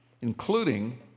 including